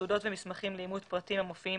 תעודות ומסמכים לאימות פרטים המופיעים